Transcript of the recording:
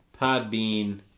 Podbean